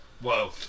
Whoa